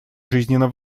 жизненно